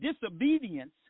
disobedience